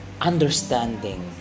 understanding